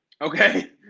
Okay